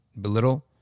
belittle